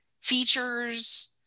features